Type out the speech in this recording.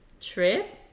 trip